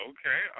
Okay